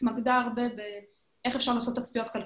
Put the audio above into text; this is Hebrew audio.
והתמקדה הרבה בנושא תצפיות כלכליות.